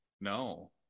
No